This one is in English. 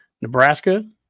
Nebraska